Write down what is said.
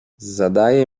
zadaje